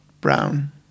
brown